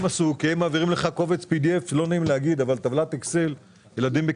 הגיעו למעל ל-70,000 יחידות דיור